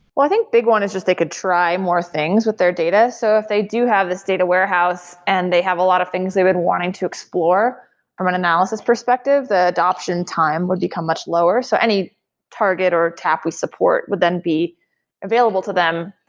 i think big one is just they could try more things with their data. so if they do have this data warehouse and they have a lot of things they've been wanting to explore from an analysis perspective, the adoption time would become much lower. so any target or tap we support would then be available to them.